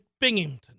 Binghamton